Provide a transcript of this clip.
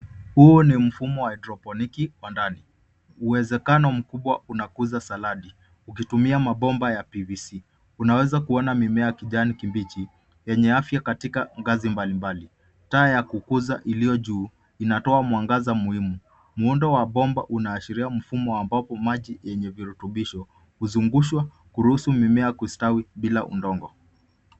Huu ni mfumo wa hydroponic wa ndani. Uwezekano mkubwa unakuza salad ukitumia mabomba ya PVC.Unaeza kuona mimea ya kijani kibichi yenye afya katika ganzi mbalimbali. Taa ya kukuza iliyo juu inatoa mwangaza muhimu. Muundo wa bomba unaashiria mfumo ambapo maji yenye virutubisho huzungushwa kuruhusu mimea kustawi bila udongo.